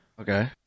Okay